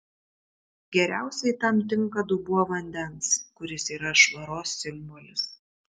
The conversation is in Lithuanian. geriausiai tam tinka dubuo vandens kuris yra švaros simbolis